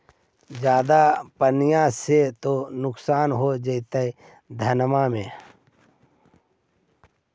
ज्यादा पनिया से तो नुक्सान हो जा होतो धनमा में?